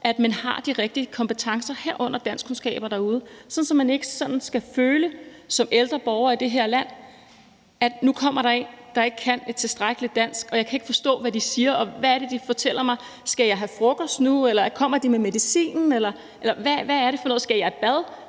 at man har de rigtige kompetencer derude, herunder danskkundskaber, sådan at man ikke som ældre borger i det her land skal føle, at der nu kommer en, der ikke kan et tilstrækkeligt dansk, og at man som ældre ikke forstår, hvad de siger, og hvad det er, de fortæller. Skal jeg have frokost nu, eller kommer de med medicinen, eller hvad er det for noget? Skal jeg i bad?